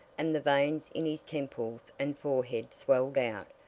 and the veins in his temples and forehead swelled out,